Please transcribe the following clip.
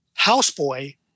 houseboy